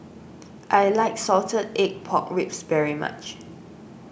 I like Salted Egg Pork Ribs very much